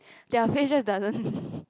their face just doesn't